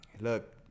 look